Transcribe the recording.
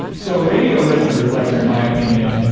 so a radio retroreflector, in my opinion,